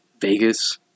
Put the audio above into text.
Vegas